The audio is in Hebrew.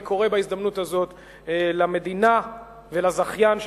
אני קורא בהזדמנות הזאת למדינה ולזכיין של